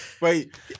Wait